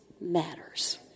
matters